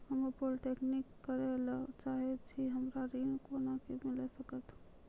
हम्मे पॉलीटेक्निक करे ला चाहे छी हमरा ऋण कोना के मिल सकत?